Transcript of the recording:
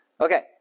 Okay